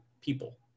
people